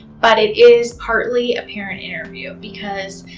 but it is partly a parent interview because,